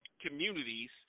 communities